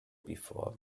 before